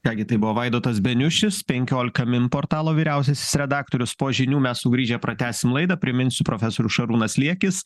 ką gi tai buvo vaidotas beniušis penkiolika min portalo vyriausiasis redaktorius po žinių mes sugrįžę pratęsim laidą priminsiu profesorius šarūnas liekis